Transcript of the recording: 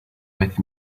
with